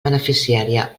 beneficiària